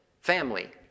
family